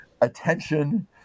attention